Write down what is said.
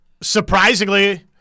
surprisingly